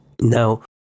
Now